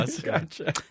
Gotcha